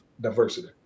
diversity